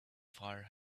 fire